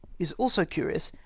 is also curious,